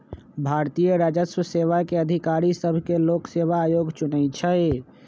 भारतीय राजस्व सेवा के अधिकारि सभके लोक सेवा आयोग चुनइ छइ